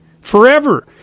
forever